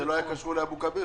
זה לא היה קשור לאבו כביר,